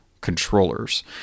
controllers